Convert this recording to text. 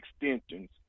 extensions